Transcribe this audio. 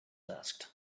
asked